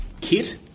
kit